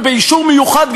ובאישור מיוחד,